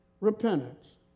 repentance